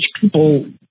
people